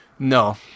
No